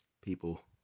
people